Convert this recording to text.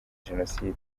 jenoside